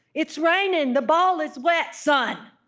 it's raining the ball is wet, son,